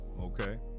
okay